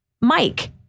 Mike